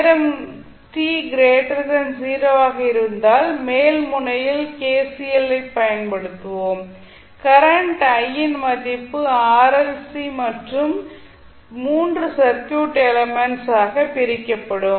நேரம் t 0 வாக இருந்தால் மேல் முனையில் கே சி எல் ஐப் பயன்படுத்துவோம் கரண்ட் I யின் மதிப்பு ஆர் எல் R L மற்றும் சி என 3 சர்க்யூட் எலிமென்ட்ஸ் ஆக பிரிக்கப்படும்